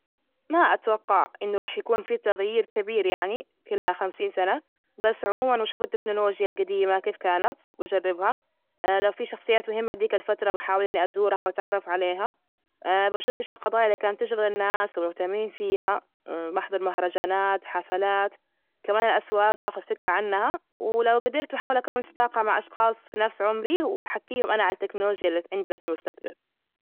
ما أتوقع إنه راح يكون في تغيير كبير يعني ، كلها خمسين سنة بس عموما وأشوف التكنولوجيا الجديمة كيف كانت وجربها، لو في شخصيات مهمة، ديك الفترة بحاول إني أزورها وأتعرف عليها، بشوف إيش القضايا اللي كانت تشغل الناس ومهتمين فيها، بحضر مهرجانات، حفلات ، كمان الأسواق آخد فكرة عنها، ولو جدرت بحاول أكون صداقة مع أشخاص في نفس عمري وأحكيهم أنا على التكنولوجيا إللي عندنا في المستقبل.